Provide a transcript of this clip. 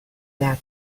their